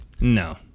no